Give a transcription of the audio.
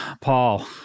Paul